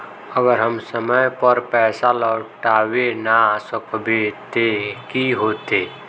अगर हम समय पर पैसा लौटावे ना सकबे ते की होते?